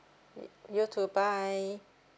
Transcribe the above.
you too bye